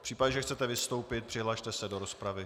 V případě, že chcete vystoupit, přihlaste se do rozpravy.